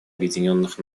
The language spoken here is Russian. объединенных